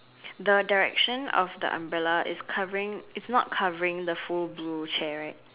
the direction of the umbrella is covering is not covering the full blue chair